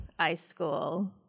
iSchool